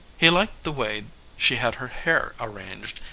he liked the way she had her hair arranged,